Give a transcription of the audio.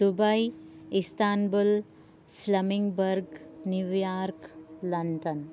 Dubai Istanbul Flemingsberg New York London